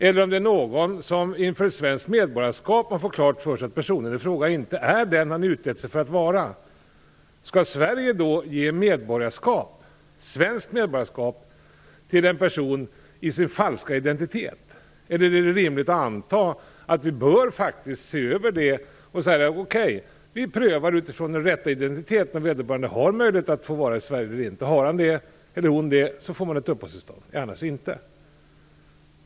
Det kan också vara så att man inför ett svenskt medborgarskap får klart för sig att personen i fråga inte är den han utgett sig för att vara. Skall Sverige då ge svenskt medborgarskap till en person med falsk identitet? Eller är det rimligt att anta att vi faktiskt bör se över detta och utifrån den rätta identiteten pröva om vederbörande har möjlighet att få stanna i Sverige eller inte? Om han eller hon har det ges ett uppehållstillstånd, annars inte.